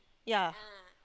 yeah